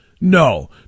No